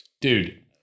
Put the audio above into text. dude